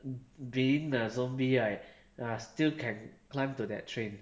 being a zombie right still can climb to that train